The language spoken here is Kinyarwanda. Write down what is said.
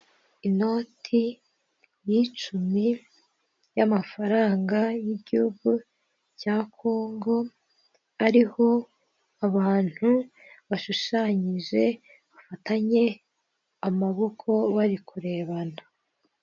Inoti y'icumi y'amafaranga y'igihugu cya Congo, ariho abantu bashushanyije bafatanye amaboko bari kurebana.